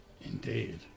Indeed